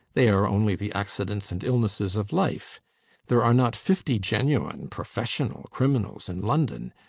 they are only the accidents and illnesses of life there are not fifty genuine professional criminals in london.